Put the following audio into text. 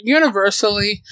universally